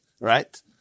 Right